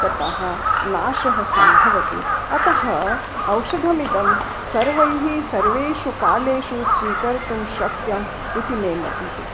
ततः नाशः सम्भवति अतः औषधमिदं सर्वैः सर्वेषु कालेषु स्वीकर्तुं शक्यम् इति मे मतिः